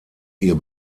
ihr